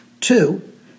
Two